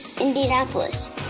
Indianapolis